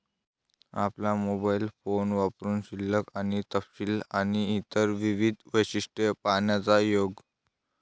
आपला mobile phone वापरुन शिल्लक आणि तपशील आणि इतर विविध वैशिष्ट्ये पाहण्याचा योग